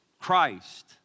Christ